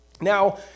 Now